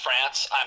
France